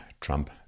Trump